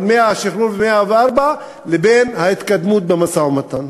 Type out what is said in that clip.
שחרור ה-104 לבין ההתקדמות במשא-ומתן.